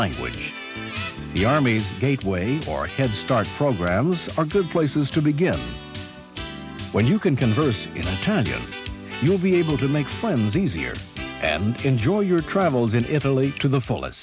language of the army gateway or head start programs are good places to begin when you can converse in italian you'll be able to make friends easier and enjoy your travels in italy to the fullest